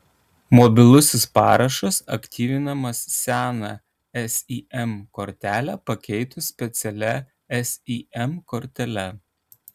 mobilusis parašas aktyvinamas seną sim kortelę pakeitus specialia sim kortele